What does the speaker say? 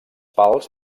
pals